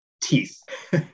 teeth